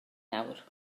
nawr